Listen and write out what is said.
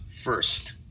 first